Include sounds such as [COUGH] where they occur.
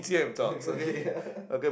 [LAUGHS] okay yeah